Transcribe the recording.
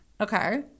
Okay